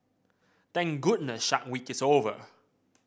thank goodness Shark Week is over